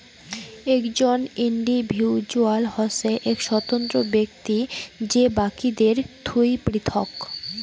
একজন ইন্ডিভিজুয়াল হসে এক স্বতন্ত্র ব্যক্তি যে বাকিদের থুই পৃথক